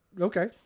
okay